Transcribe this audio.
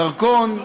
לדרכון,